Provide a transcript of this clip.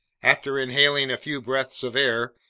after inhaling a few breaths of air,